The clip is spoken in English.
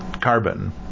carbon